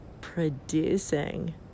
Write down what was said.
producing